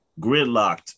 gridlocked